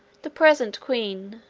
the present queen,